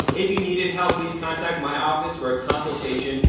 if you needed help, please contact my office for a consultation.